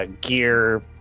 Gear